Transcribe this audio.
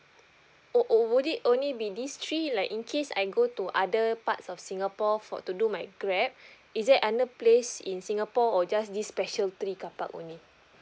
oh oh would it only be this three like in case I go to other parts of singapore for to do my grab is there other place in singapore or just this special three carpark only